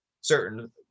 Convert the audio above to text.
certain